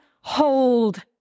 hold